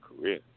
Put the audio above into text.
career